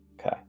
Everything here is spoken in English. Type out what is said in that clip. Okay